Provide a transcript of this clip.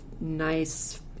nice